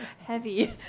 heavy